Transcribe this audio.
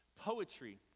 Poetry